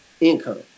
income